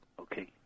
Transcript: Okay